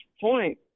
point